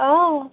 অঁ